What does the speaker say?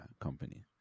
Company